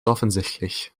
offensichtlich